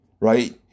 right